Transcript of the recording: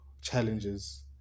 challenges